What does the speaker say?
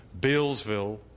Bealsville